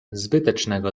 zbytecznego